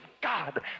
God